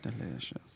Delicious